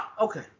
Okay